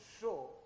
show